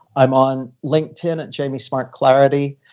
i'm on linkedin at jamie smart clarity.